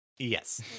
Yes